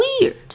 weird